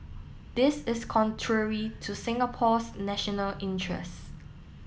this is contrary to Singapore's national interests